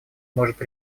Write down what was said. может